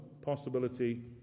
possibility